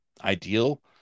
ideal